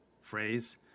phrase